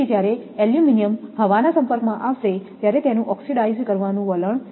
તેથી જ્યારે એલ્યુમિનિયમ હવાના સંપર્કમાં આવશે ત્યારે તેનું ઓક્સિડાઇઝ કરવાનું વલણ છે